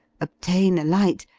obtain a light,